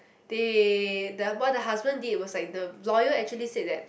they the what the husband did was like the lawyer actually said that